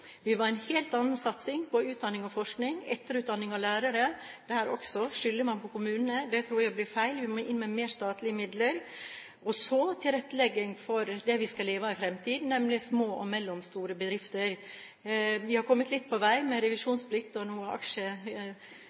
Vi vil ha en helt annen satsing på utdanning og forskning og etterutdanning av lærere. Her også skylder man på kommunene. Det tror jeg blir feil. Vi må inn med flere statlige midler. Og så må vi tilrettelegge for det vi skal leve av i fremtiden, nemlig små og mellomstore bedrifter. Vi har kommet litt på vei med revisjonsplikt og